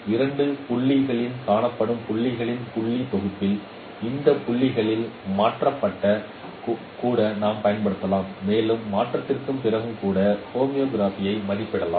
இரண்டு புள்ளிகளில் காணப்பட்ட புள்ளிகளின் புள்ளி தொகுப்பில் இந்த புள்ளிகளில் மாற்றத்தை கூட நாம் பயன்படுத்தலாம் மேலும் மாற்றத்திற்குப் பிறகும் கூட ஹோமோகிராஃபியை மதிப்பிடலாம்